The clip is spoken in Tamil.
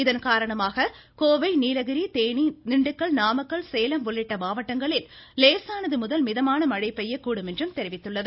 இதன்காரணமாக கோவை நீலகிரி தேனி திண்டுக்கல் நாமக்கல் சேலம் உள்ளிட்ட மாவட்டங்களில் லேசானது முதல் மிதமான மழை பெய்யக்கூடும் என்று கூறியுள்ளது